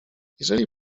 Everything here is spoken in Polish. jeżeli